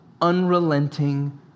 unrelenting